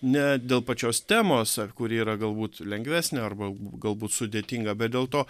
ne dėl pačios temos kuri yra galbūt lengvesnė arba galbūt sudėtinga bet dėl to